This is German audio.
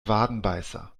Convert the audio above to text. wadenbeißer